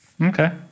okay